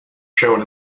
shown